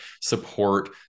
support